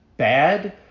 Bad